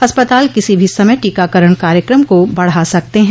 अस्पताल किसी भी समय टीकाकरण कार्यक्रम को बढ़ा सकते हैं